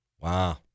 Wow